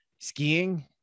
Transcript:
skiing